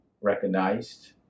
recognized